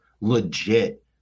legit